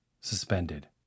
suspended